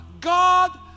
God